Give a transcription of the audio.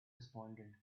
responded